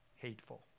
hateful